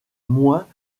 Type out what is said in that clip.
moins